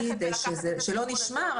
כן, אבל להגיד שלא נשמר.